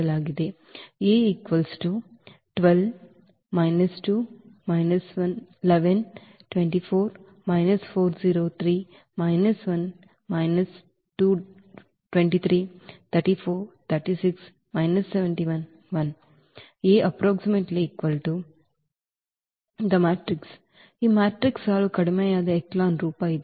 ಈ ಮ್ಯಾಟ್ರಿಕ್ಸ್ನ ಸಾಲು ಕಡಿಮೆಯಾದ ಎಚೆಲಾನ್ ರೂಪ ಇದು